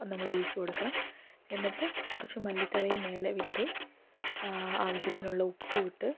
നമ്മൾ ഒഴിച്ച് കൊടുക്കണം എന്നിട്ട് കുറച്ച് മല്ലി താളി മേലെ വിതറി ആവശ്യത്തിനുള്ള ഉപ്പും ഇട്ട്